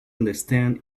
understand